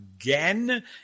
again